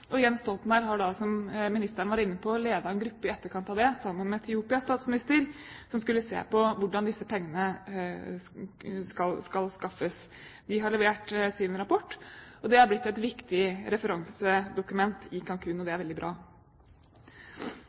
Jens Stoltenberg har, som ministeren var inne på, ledet en gruppe i etterkant av det, sammen med Etiopias statsminister, som skulle se på hvordan disse pengene skal skaffes. De har levert sin rapport, og den har blitt et viktig referansedokument i Cancún. Det er veldig bra.